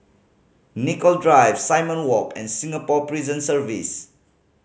Nicoll Drive Simon Walk and Singapore Prison Service